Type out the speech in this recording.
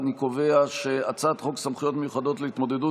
אני קובע שהצעת חוק סמכויות מיוחדות להתמודדות